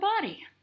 body